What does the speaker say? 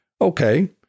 okay